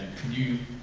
can you